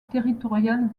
territoriale